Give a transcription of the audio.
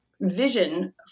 vision